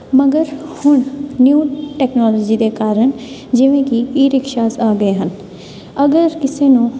ਮਗਰ ਹੁਣ new technology ਦੇ ਕਾਰਨ ਜਿਵੇਂ ਕਿ ਈ ਰਿਕਸ਼ਾਸ ਆ ਗਏ ਹਨ ਅਗਰ ਕਿਸੇ ਨੂੰ